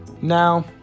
Now